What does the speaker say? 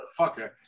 fucker